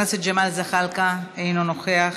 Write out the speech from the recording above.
חבר הכנסת ג'מאל זחאלקה, אינו נוכח,